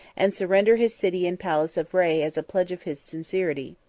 and surrender his city and palace of rei as a pledge of his sincerity.